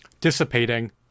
dissipating